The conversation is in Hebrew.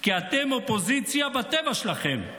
כי אתם אופוזיציה בטבע שלכם,